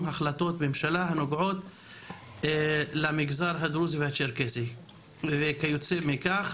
החלטות ממשלה הנוגעות למגזרים הללו כיוצא מכך,